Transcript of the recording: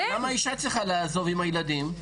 למה האישה צריכה לעזוב עם הילדים?